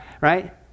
right